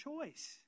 choice